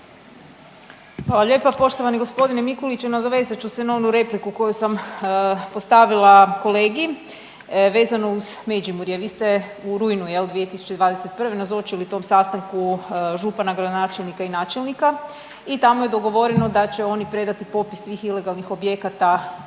Hvala lijepa. Poštovani g. Mikulić nadovezat ću se na onu repliku koju sam postavila kolegi vezano uz Međimurje. Vi ste u rujnu 2021. nazočili tom sastanku župana, gradonačelnika i načelnika i tamo je dogovoreno da će oni predati popis svih ilegalnih objekata